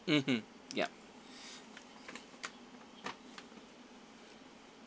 mmhmm yup